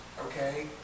okay